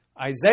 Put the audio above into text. Isaiah